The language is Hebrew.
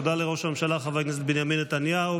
תודה לראש הממשלה חבר הכנסת בנימין נתניהו.